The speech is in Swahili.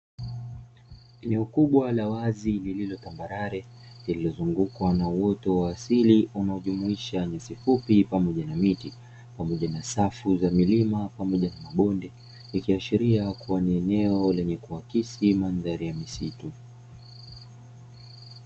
Eneo kubwa la wazi lililotambarare, lililozunguka na uwoto wa asili unaojumuisha nyasi fupi, pamoja na miti na safu za milima pamoja na mabonde, ikiashiria kuwa ni eneo linaloakisi mandhari ya misitu.